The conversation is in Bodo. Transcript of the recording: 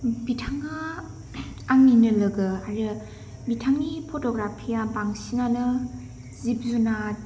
बिथाङा आंनिनो लोगो आरो बिथांनि फट'ग्राफिया बांसिनानो जिब जुनाद